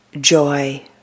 joy